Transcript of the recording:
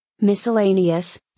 Miscellaneous